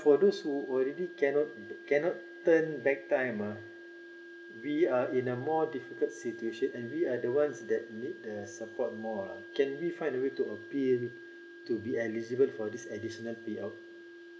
for those who are already cannot cannot turn back time uh we are in a more difficult situation and we are the one who's that needs the support more can we find a way to appeal to be eligible for this additional pay out